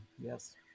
Yes